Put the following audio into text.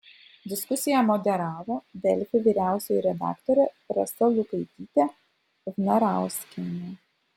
diskusiją moderavo delfi vyriausioji redaktorė rasa lukaitytė vnarauskienė